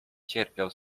cierpiał